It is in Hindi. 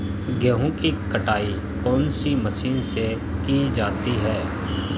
गेहूँ की कटाई कौनसी मशीन से की जाती है?